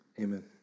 Amen